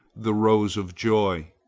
the rose of joy.